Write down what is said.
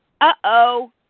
uh-oh